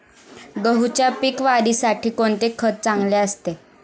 गहूच्या पीक वाढीसाठी कोणते खत चांगले असते?